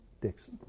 Dixon